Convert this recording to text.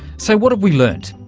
so, what have we learnt?